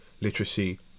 literacy